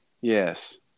Yes